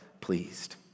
pleased